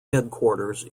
headquarters